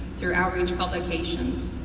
through outreach publications.